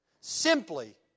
Simply